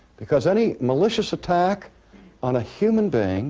because any malicious attack on a human being